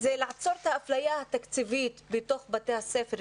זה לעצור את האפליה התקציבית בתוך בתי הספר,